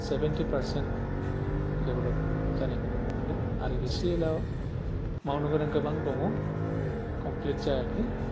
seventy percent developed जानायखौ नुनो मोनदों आरो एसेल' मावनो गोनां गोबां दङ कमप्लिट जायाखै